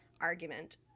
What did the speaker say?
argument